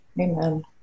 Amen